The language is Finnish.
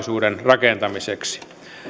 rakentamiseksi me